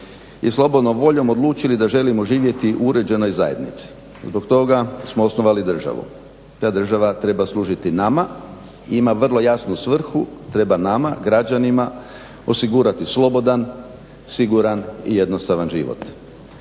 i slobodnom voljom odlučili da želimo živjeti u uređenoj zajednici. Zbog toga smo osnovali državu. Ta država treba služiti nama i ima vrlo jasnu svrhu. Treba nama građanima osigurati slobodan, siguran i jednostavan život.